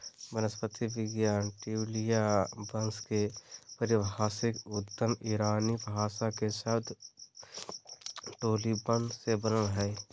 वनस्पति विज्ञान ट्यूलिया वंश के पारिभाषिक उद्गम ईरानी भाषा के शब्द टोलीबन से बनल हई